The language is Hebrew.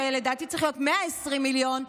שלדעתי צריך להיות 120 מיליון,